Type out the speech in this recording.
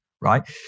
right